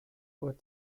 uhr